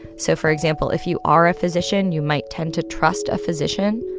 so, for example, if you are a physician, you might tend to trust a physician.